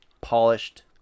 polished